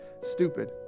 stupid